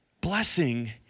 blessing